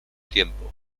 tiempo